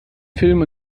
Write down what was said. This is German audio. filmen